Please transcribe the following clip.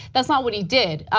that's not what he did,